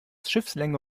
schiffslänge